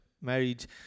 marriage